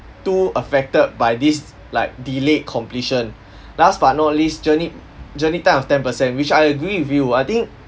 do affected by this like delayed completion last but not least journey journey time of ten per cent which I agree with you I think